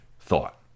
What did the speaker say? thought